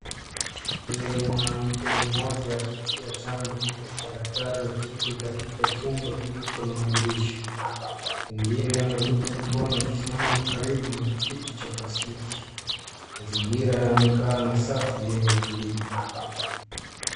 Huyu ni mwanamke mmoja akipokea chanjo kutoka kwa daktari wa kike katika chumba kilicho na madirisha. Wengine wamevuka mikono wakisimama karibu na kiti cha plastiki. Mazingira yanaonekana safi yenye utulivu.